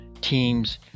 teams